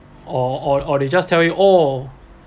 or or or they just tell you oh